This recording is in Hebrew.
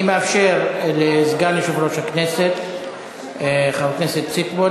אני מאפשר לסגן יושב-ראש הכנסת חבר הכנסת שטבון